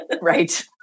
Right